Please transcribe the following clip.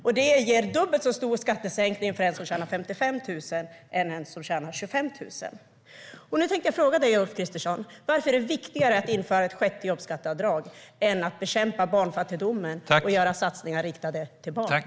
Det ger en dubbelt så stor skattesänkning till den som tjänar 55 000 som till den som tjänar 25 000. Nu vill jag fråga dig, Ulf Kristersson, varför det är viktigare att införa ett sjätte jobbskatteavdrag än att bekämpa barnfattigdomen och göra satsningar riktade till barn.